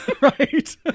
Right